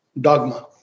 dogma